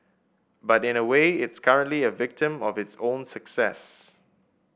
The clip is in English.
but in a way it's currently a victim of its own success